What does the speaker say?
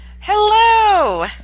Hello